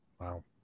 Wow